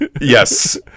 yes